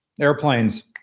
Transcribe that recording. airplanes